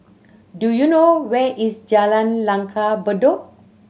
do you know where is Jalan Langgar Bedok